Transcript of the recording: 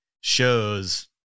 shows